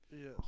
Yes